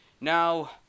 Now